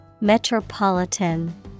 Metropolitan